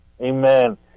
Amen